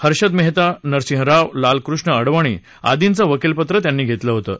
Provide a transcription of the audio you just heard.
हर्षद मेहतानरसिंह रावलालकृष्ण अडवाणी आदींचं वकीलपत्र त्यांनी घेतलं होतं